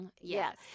Yes